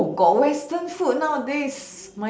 oh got western food nowadays